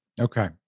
Okay